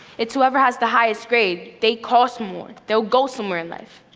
it's whoever has the highest grade, they cost more, they'll go somewhere in life.